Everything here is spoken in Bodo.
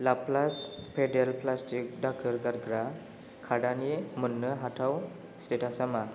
लाप्लास्ट पेदेल प्लास्टिक दाखोर गारग्रा खादानि मोन्नो हाथाव स्टेटासा मा